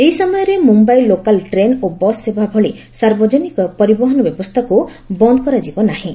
ଏହି ସମୟରେ Mumbai local train ଓ ବସ୍ ସେବା ଭଳି ସାର୍ବଜନିକ ପରିବହନ ବ୍ୟବସ୍ଥାକୁ ବନ୍ଦ କରାଯିବ ନାହିଁ